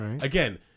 again